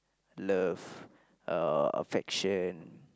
love uh affection